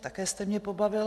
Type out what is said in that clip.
Také jste mě pobavil.